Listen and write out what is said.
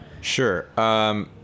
Sure